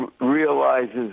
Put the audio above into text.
realizes